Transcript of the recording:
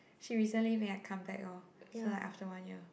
she recently been have come back oh so like after one year